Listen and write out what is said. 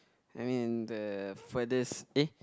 I mean the furthest uh